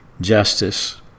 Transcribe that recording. justice